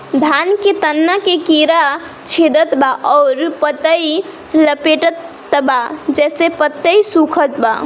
धान के तना के कीड़ा छेदत बा अउर पतई लपेटतबा जेसे पतई सूखत बा?